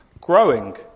Growing